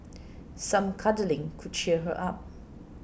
some cuddling could cheer her up